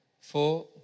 Four